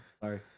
Sorry